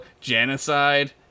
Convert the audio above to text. genocide